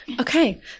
Okay